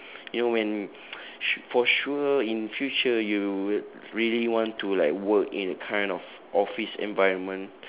you know when s~ for sure in future you will re~ really want to like work in kind of office environment